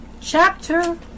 chapter